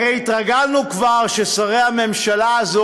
הרי כבר התרגלנו ששרי הממשלה הזאת